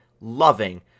loving